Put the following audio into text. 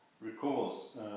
recalls